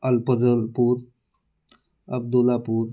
Afzalpur Abdulapur